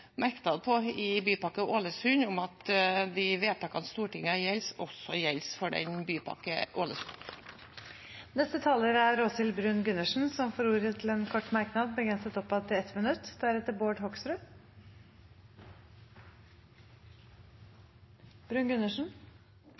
Bypakke Ålesund, om at de vedtakene i Stortinget også gjelder for Bypakke Ålesund. Representanten Åshild Bruun-Gundersen har hatt ordet to ganger tidligere og får ordet til en kort merknad, begrenset til 1 minutt.